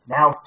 Now